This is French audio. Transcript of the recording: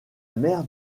mère